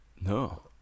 No